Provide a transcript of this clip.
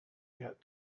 get